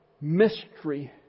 mystery